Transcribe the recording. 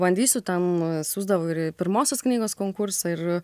bandysiu ten siųsdavau ir pirmosios knygos konkursą ir